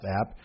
app